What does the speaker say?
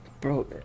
bro